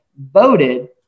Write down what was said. voted